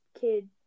kid